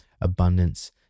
abundance